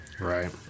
Right